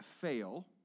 fail